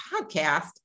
podcast